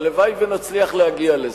הלוואי שנצליח להגיע לזה.